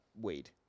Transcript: weed